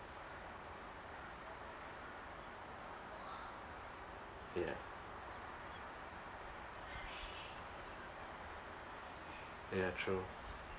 ya ya true